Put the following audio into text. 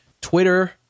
Twitter